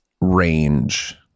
range